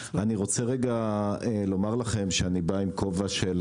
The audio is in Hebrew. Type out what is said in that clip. אני רוצה לומר לכם שאני בא עם כובע של